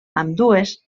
ambdues